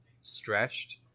stretched